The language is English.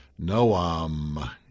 Noam